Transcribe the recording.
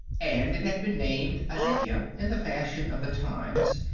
and it had been named aditya, in the fashion of the times,